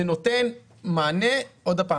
זה נותן מענה לנשים.